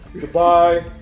Goodbye